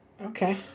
okay